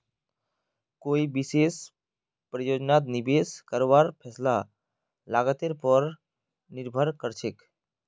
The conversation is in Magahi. कोई विशेष परियोजनात निवेश करवार फैसला लागतेर पर निर्भर करछेक